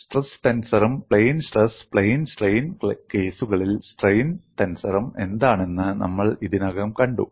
stress ടെൻസറും plane stress plane strain കേസുകളിൽ strain ടെൻസറും എന്താണെന്ന് നമ്മൾ ഇതിനകം കണ്ടു